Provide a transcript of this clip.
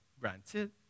granted